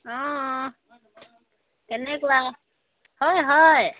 অঁ কেনেকুৱা হয় হয়